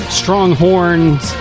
strong-horns